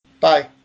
Bye